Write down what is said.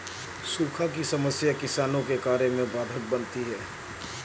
सूखा की समस्या किसानों के कार्य में बाधक बनती है